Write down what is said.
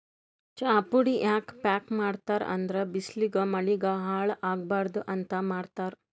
ಚಾಪುಡಿ ಯಾಕ್ ಪ್ಯಾಕ್ ಮಾಡ್ತರ್ ಅಂದ್ರ ಬಿಸ್ಲಿಗ್ ಮಳಿಗ್ ಹಾಳ್ ಆಗಬಾರ್ದ್ ಅಂತ್ ಮಾಡ್ತಾರ್